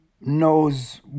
knows